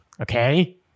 Okay